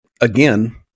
again